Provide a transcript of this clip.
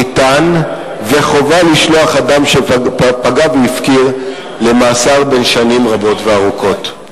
ניתן וחובה לשלוח אדם שפגע והפקיר למאסר בן שנים רבות וארוכות.